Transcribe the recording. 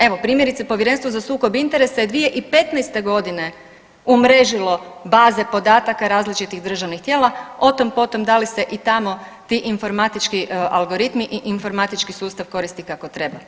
Evo, primjerice Povjerenstvo za sukob interesa je 2015.g. umrežilo baze podataka različitih državnih tijela, o tom potom da li se i tamo ti informatički algoritmi i informatički sustav koristi kako treba.